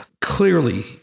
Clearly